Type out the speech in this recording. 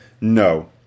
no